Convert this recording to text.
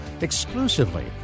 exclusively